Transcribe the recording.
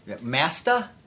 Master